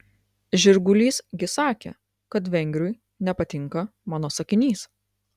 žirgulys gi sakė kad vengriui nepatinka mano sakinys